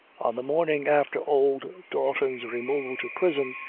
on the morning after old dalton's removal to prison,